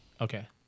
Okay